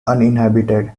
uninhabited